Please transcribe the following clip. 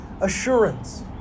assurance